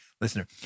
listener